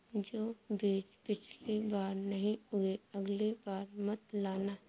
जो बीज पिछली बार नहीं उगे, अगली बार मत लाना